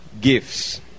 gifts